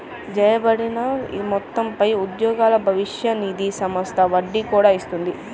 జమచేయబడిన మొత్తంపై ఉద్యోగుల భవిష్య నిధి సంస్థ వడ్డీ కూడా ఇస్తుంది